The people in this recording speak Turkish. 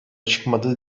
çıkmadı